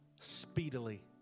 speedily